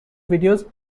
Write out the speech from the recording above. videos